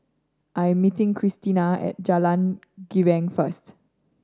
I am meeting Krystina at Jalan Girang first